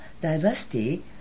diversity